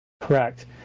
correct